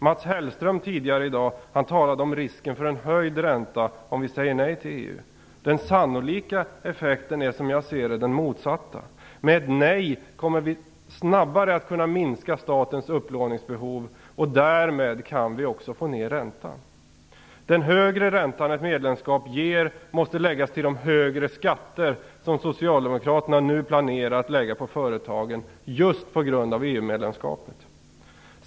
Mats Hellström talade tidigare i dag om risken för en höjd ränta om vi säger nej till EU. Den sannolika effekten, som jag ser det, är den motsatta. Med ett nej kommer vi snabbare att kunna minska statens upplåningsbehov, och därmed kan vi också få ner räntan. Den högre ränta som ett medlemskap ger måste läggas till de högre skatter som Socialdemokraterna nu planerat att lägga på företagen just på grund av EU-medlemskapet.